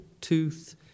tooth